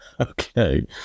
Okay